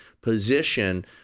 position